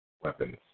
weapons